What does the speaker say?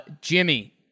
Jimmy